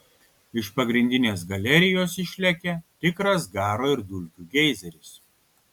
iš pagrindinės galerijos išlekia tikras garo ir dulkių geizeris